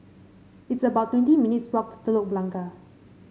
it's about twenty minutes' walk to Telok Blangah